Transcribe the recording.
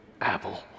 Apple